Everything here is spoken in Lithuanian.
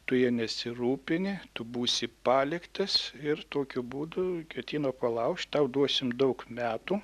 tu ja nesirūpini tu būsi paliktas ir tokiu būdu ketino palaužti tau duosim daug metų